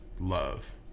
love